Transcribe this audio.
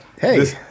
Hey